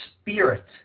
spirit